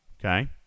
Okay